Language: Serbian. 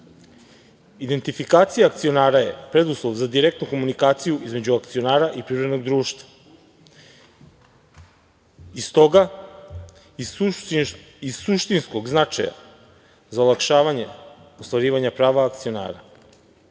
usaglašeni. Identifikacija akcionara je preduslov za direktnu komunikaciju između akcionara i privrednog društva i stoga i suštinskog značaja za olakšavanje ostvarivanja prava akcionara.